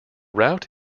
route